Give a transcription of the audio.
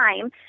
time